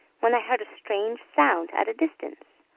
when i heard a strange sound at a distance,